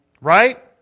Right